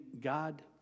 God